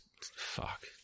fuck